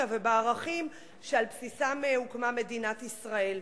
ובערכים שעל בסיסם הוקמה מדינת ישראל.